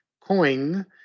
coin